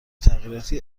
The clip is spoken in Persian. تغییراتی